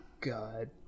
God